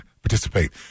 participate